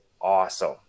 awesome